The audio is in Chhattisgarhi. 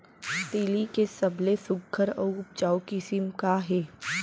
तिलि के सबले सुघ्घर अऊ उपजाऊ किसिम का हे?